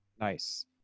Nice